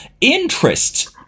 interests